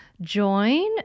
join